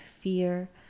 fear